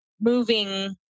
moving